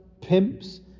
pimps